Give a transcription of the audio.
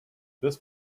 this